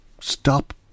stop